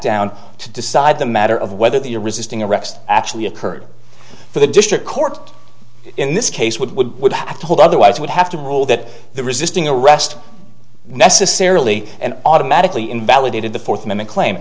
down to decide the matter of whether the your resisting arrest actually occurred for the district court in this case would would have told otherwise would have to rule that the resisting arrest necessarily and automatically invalidated the fourth mi